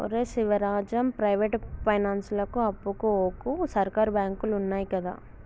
ఒరే శివరాజం, ప్రైవేటు పైనాన్సులకు అప్పుకు వోకు, సర్కారు బాంకులున్నయ్ గదా